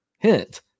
Hint